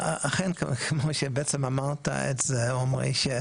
אכן כמו שבעצם אמרת את זה עומרי,